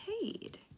paid